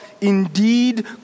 indeed